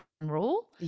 rule